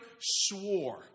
swore